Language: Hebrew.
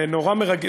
זה נורא מרגש.